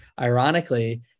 ironically